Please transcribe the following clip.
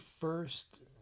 first